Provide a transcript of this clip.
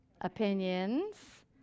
Opinions